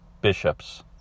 bishops